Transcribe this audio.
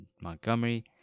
Montgomery